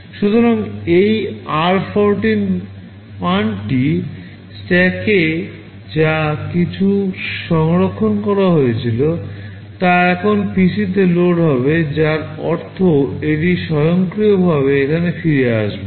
সুতরাং এই আর 14 মানটি স্ট্যাকে যা কিছু সংরক্ষণ করা হয়েছিল তা এখন PCতে লোড হবে যার অর্থ এটি স্বয়ংক্রিয়ভাবে এখানে ফিরে আসবে